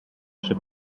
przy